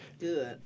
Good